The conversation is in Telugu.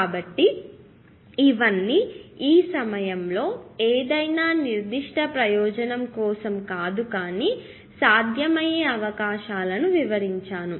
కాబట్టి ఇవన్నీ ఈ సమయంలో ఏదైనా నిర్దిష్ట ప్రయోజనం కోసం కాదు కానీ సాధ్యమయ్యే అవకాశాలను వివరించాను